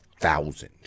thousand